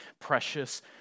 precious